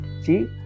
See